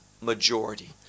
majority